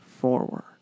forward